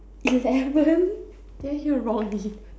eleven did I hear wrongly